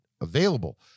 available